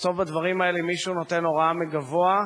בסוף בדברים האלה מישהו נותן הוראה מגבוה,